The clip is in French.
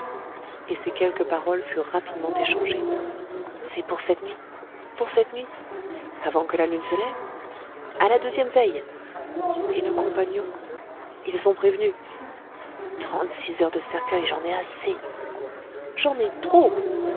et ces quelques paroles furent rapidement échangées c'est pour cette nuit pour cette nuit avant que la lune ne se lève a la deuxième veille et nos compagnons ils sont prévenus trente-six heures de cercueil j'en ai assez j'en ai trop